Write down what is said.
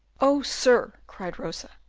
oh, sir! cried rosa,